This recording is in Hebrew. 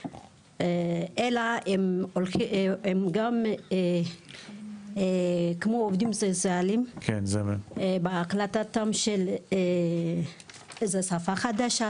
אלא הם גם כמו עובדים סוציאליים בקליטה של שפה חדשה,